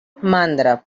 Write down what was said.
mandra